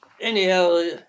anyhow